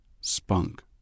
Spunk